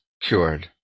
cured